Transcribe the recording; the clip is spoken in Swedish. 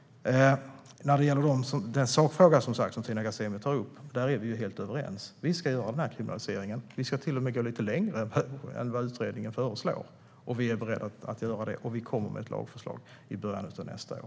När det gäller den sakfråga som Tina Ghasemi tar upp är vi helt överens. Vi ska göra kriminaliseringen. Vi är beredda att till och med gå lite längre än vad utredningen föreslår. Vi kommer med ett lagförslag i början av nästa år.